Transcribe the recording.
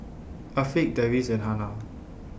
Afiq Deris and Hana